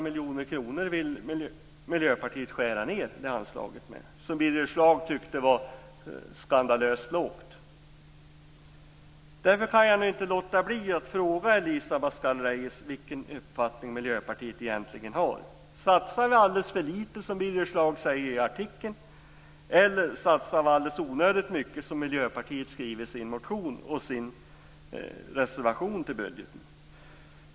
Miljöpartiet vill skära ned det anslag som Birger Schlaug tyckte var skandalöst lågt med närmare 800 miljoner kronor. Därför kan jag inte låta bli att fråga Elisa Abascal Reyes om vilken uppfattning Miljöpartiet egentligen har. Satsar vi alldeles för litet, som Birger Schlaug säger i artikeln, eller satsar vi onödigt mycket, som Miljöpartiet skriver i sin motion och sin reservation till budgeten?